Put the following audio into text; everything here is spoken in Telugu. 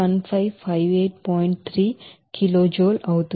3 kiloJoule అవుతుంది